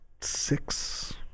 six